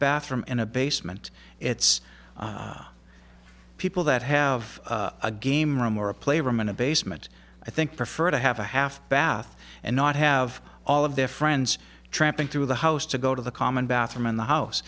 bathroom in a basement it's people that have a game room or a play room in a basement i think prefer to have a half bath and not have all of their friends tramping through the house to go to the common bathroom in the house